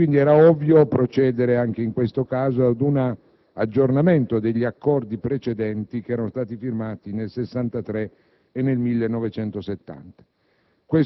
ovvio procedere, anche in questo caso, ad un aggiornamento degli Accordi precedenti, firmati nel 1963 e nel 1970.